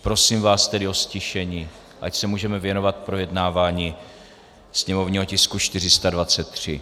Prosím vás tedy o ztišení, ať se můžeme věnovat projednávání sněmovního tisku 423.